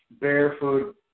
barefoot